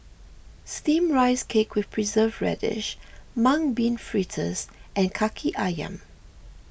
Steamed Rice Cake with Preserved Radish Mung Bean Fritters and Kaki Ayam